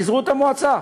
פיזרו את המועצה.